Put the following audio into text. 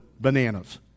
Bananas